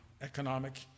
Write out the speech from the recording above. economic